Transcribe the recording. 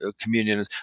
communion